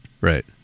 Right